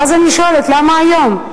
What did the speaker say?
ואז אני שואלת, למה היום?